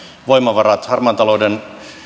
voimavarat harmaan talouden